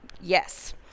yes